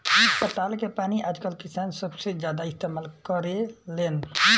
पताल के पानी आजकल किसान सबसे ज्यादा इस्तेमाल करेलेन